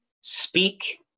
speak